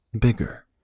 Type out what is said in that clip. Bigger